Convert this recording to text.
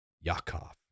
Yakov